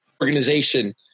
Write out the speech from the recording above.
organization